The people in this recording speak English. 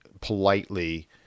politely